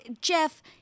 Jeff